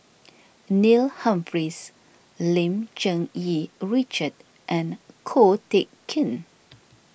Neil Humphreys Lim Cherng Yih Richard and Ko Teck Kin